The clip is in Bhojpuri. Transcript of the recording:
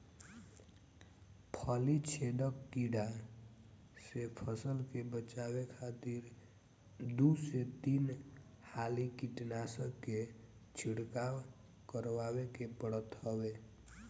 फली छेदक कीड़ा से फसल के बचावे खातिर दू से तीन हाली कीटनाशक के छिड़काव करवावे के पड़त हवे